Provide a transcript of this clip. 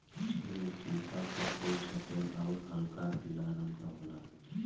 क्षीर चंपा क फूल सफेद आउर हल्का पीला रंग क होला